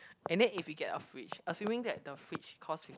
and then if we get a fridge assuming that the fridge cost